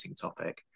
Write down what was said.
topic